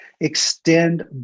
extend